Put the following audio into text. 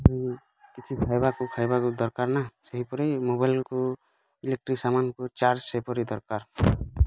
ହୁଁ କିଛି ଖାଇବା ଖାଇବାକୁ ଦରକାର ନା ସେହିପରି ମୋବାଇଲ୍କୁ ଇଲେଟ୍ରିକ୍ ସାମାନ୍କୁ ଚାର୍ଜ ସେପରି ଦରକାର୍